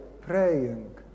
praying